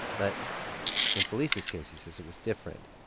but in felisa's case, he says, it was different.